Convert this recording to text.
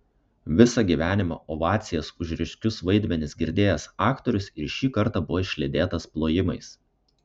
visą gyvenimą ovacijas už ryškius vaidmenis girdėjęs aktorius ir šį kartą buvo išlydėtas plojimais